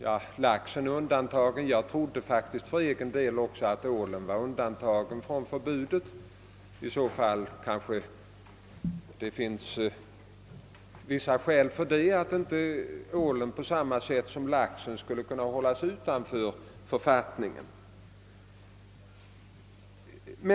Ja, laxen är undantagen; jag trodde faktiskt att även ålen var undantagen från förbudet, men det kanske finns vissa skäl för att inte ålen på samma sätt som laxen skulle hållas utanför förbudet.